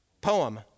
Poem